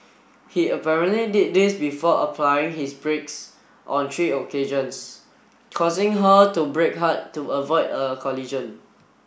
he apparently did this before applying his brakes on three occasions causing her to brake hard to avoid a collision